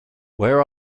where